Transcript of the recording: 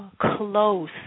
close